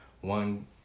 One